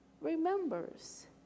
remembers